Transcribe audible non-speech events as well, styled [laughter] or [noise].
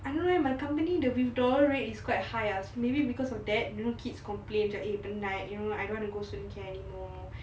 I know right my company the withdrawal rate is quite high ah maybe because of that you know kids complain macam eh penat you know I don't want to go student care anymore [breath]